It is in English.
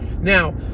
Now